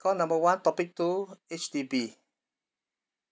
call number one topic two H_D_B